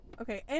Okay